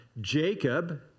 Jacob